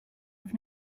have